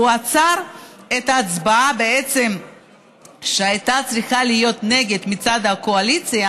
והוא עצר את ההצבעה שהייתה צריכה להיות נגד מצד הקואליציה